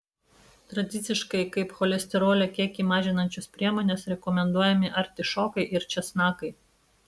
tradiciškai kaip cholesterolio kiekį mažinančios priemonės rekomenduojami artišokai ir česnakai